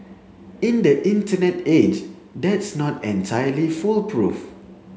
in the Internet age that's not entirely foolproof